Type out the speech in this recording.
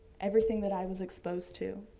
everything that i was exposed to.